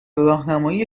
راهنمایی